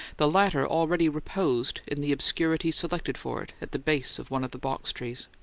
the latter already reposed in the obscurity selected for it at the base of one of the box-trees.